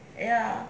ya